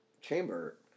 chamber